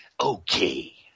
Okay